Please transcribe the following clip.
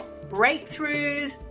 breakthroughs